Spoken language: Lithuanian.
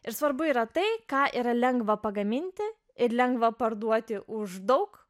ir svarbu yra tai ką yra lengva pagaminti ir lengva parduoti už daug